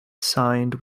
signed